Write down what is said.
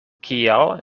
kial